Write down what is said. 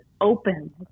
open